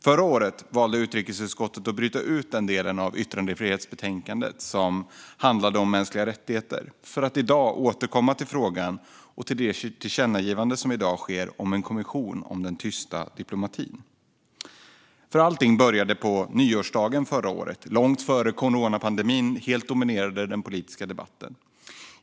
Förra året valde utrikesutskottet att bryta ut delen om yttrandefrihet ur vårt betänkande om mänskliga rättigheter för att återkomma till frågan och till tillkännagivandet som i dag sker om en kommission om den tysta diplomatin. Allting började på nyårsdagen förra året, långt innan coronapandemin helt dominerade den politiska debatten.